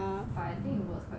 but I think it was quite well